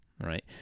right